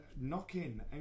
Knockin